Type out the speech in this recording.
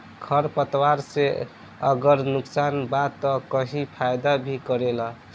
खर पतवार से अगर नुकसान बा त कही फायदा भी करेला